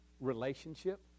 relationship